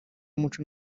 w’umuco